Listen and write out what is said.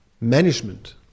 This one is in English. Management